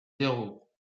zéro